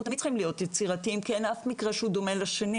אנחנו תמיד צריכים להיות יצירתיים כי אין אף מקרה שדומה לשני,